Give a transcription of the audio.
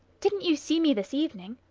didn't you see me this evening?